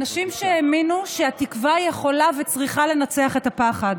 אנשים שהאמינו שהתקווה יכולה וצריכה לנצח את הפחד